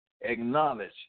acknowledge